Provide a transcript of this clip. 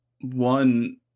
one